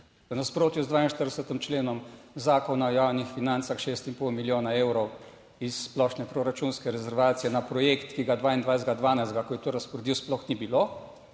nasprotju z 42. členom Zakona o javnih financah, šest in pol milijona evrov iz splošne proračunske rezervacije na projekt, ki ga, 22. 12., ko je to razporedil, sploh ni bil